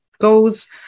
goes